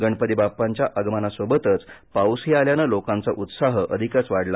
गणपती बाप्पांच्या आगमनासोबतच पाऊसही आल्यानं लोकांचा उत्साह अधिकच वाढला